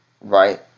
Right